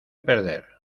perder